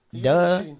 Duh